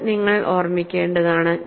ഇത് നിങ്ങൾ ഓർമ്മിക്കേണ്ടതാണ്